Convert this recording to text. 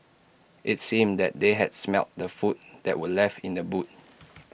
IT seemed that they had smelt the food that were left in the boot